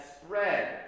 spread